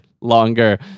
longer